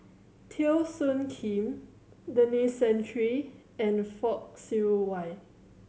Teo Soon Kim Denis Santry and Fock Siew Wah